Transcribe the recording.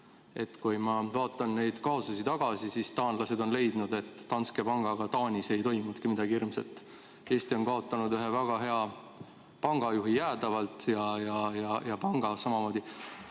Kui ma vaatan nendele kaasustele tagasi, siis taanlased on leidnud, et Danske Bankiga Taanis ei toimunudki midagi hirmsat. Eesti on kaotanud ühe väga hea pangajuhi jäädavalt ja panga samamoodi.